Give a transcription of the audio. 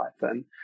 Python